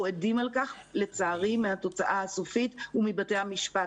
אנחנו עדים לכך לצערי מהתוצאה הסופית ומבתי המשפט.